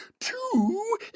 Two